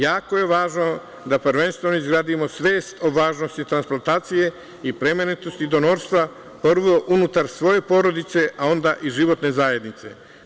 Jako je važno da prvenstveno izgradimo svest o važnosti transplantacije i plemenitosti donorstva, prvo unutar svoje porodice, a onda i životne zajednice.